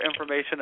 information